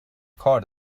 کار